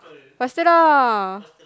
faster lah